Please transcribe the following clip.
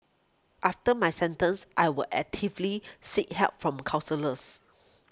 after my sentence I will actively seek help from counsellors